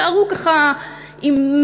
שיישארו ככה מפרפרים,